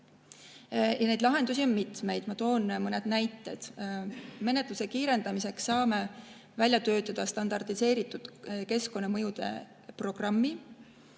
lühendada. Lahendusi on mitmeid, ma toon mõne näite. Menetluse kiirendamiseks saame välja töötada standardiseeritud keskkonnamõjude programmi.